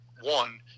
one